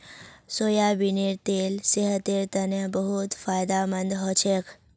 सोयाबीनेर तेल सेहतेर तने बहुत फायदामंद हछेक